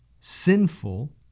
sinful